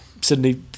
Sydney